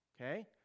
okay